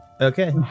okay